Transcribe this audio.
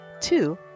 Two